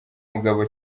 mugabo